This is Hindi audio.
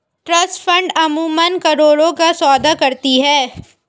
ट्रस्ट फंड्स अमूमन करोड़ों का सौदा करती हैं